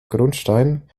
grundstein